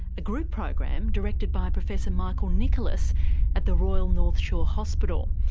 a group program directed by professor michael nicholas at the royal north shore hospital.